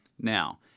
now